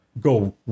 go